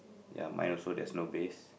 ya mine also there's no base